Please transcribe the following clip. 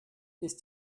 ist